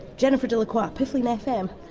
jennifer delacroix, piffling fm!